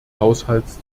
haushalts